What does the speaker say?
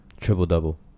triple-double